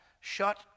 shut